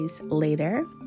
later